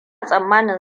tsammanin